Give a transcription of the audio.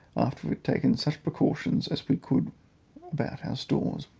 taken such precautions as we could about our stores.